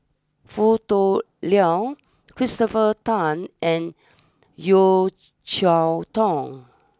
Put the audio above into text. Foo Tui Liew Christopher Tan and Yeo Cheow Tong